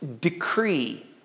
decree